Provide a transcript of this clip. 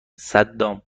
صدام